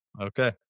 Okay